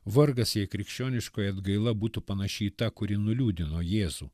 vargas jei krikščioniškoji atgaila būtų panaši į tą kuri nuliūdino jėzų